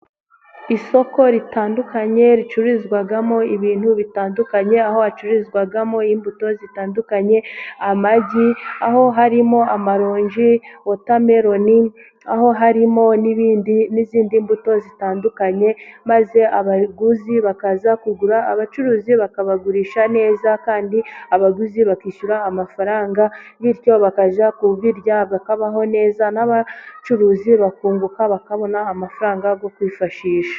Isoko ritandukanye ricururizwamo ibintu bitandukanye aho hacururizwamo imbuto zitandukanye, amagi, aho harimo amaronji, wotameloni, aho harimo n'ibindi n'izindi mbuto zitandukanye maze abaguzi bakaza kugura abacuruzi bakabagurisha neza, kandi abaguzi bakishyura amafaranga bityo bakajya kubirya bakabaho neza n'abacuruzi bakunguka bakabona amafaranga yo kwifashisha.